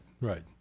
right